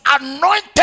anointed